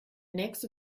nächste